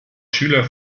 schüler